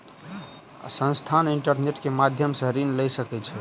संस्थान, इंटरनेट के माध्यम सॅ ऋण लय सकै छै